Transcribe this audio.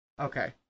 Okay